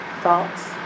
Thoughts